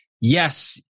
yes